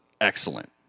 excellent